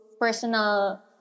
personal